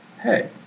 Hey